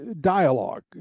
dialogue